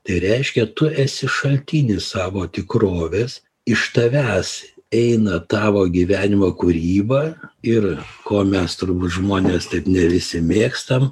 tai reiškia tu esi šaltinis savo tikrovės iš tavęs eina tavo gyvenimo kūryba ir ko mes turbūt žmonės taip ne visi mėgstam